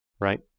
right